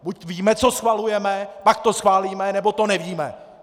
Buď víme, co schvalujeme, pak to schválíme, nebo to nevíme!